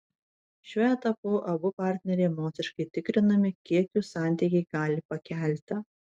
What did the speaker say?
šiuo etapu abu partneriai emociškai tikrinami kiek jų santykiai gali pakelti